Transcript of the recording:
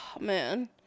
Man